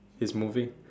it's moving